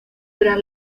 tras